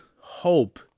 hope